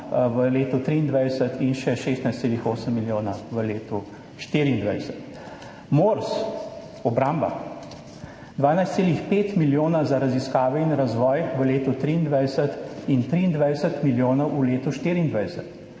v letu 2023 in še 16,8 milijona v letu 2024. MORS, obramba: 12,5 milijona za raziskave in razvoj v letu 2023 in 23 milijonov v letu 2024.